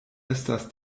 estas